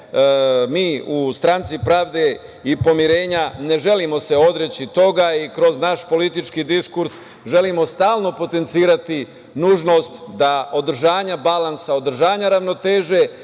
mi u stranci Pravde i pomirenja ne želimo se odreći toga i kroz naš politički diskurs želimo stalno potencirati nužnost da održanja balansa, održanja ravnoteže